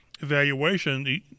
evaluation